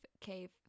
cave